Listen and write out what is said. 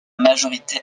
majorité